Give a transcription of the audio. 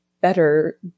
better